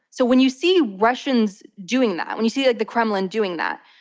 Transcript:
so when you see russians doing that, when you see like the kremlin doing that,